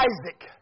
Isaac